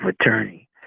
attorney